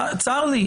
צר לי.